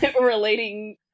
Relating